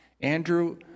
Andrew